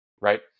right